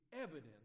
evidence